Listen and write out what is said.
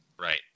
Right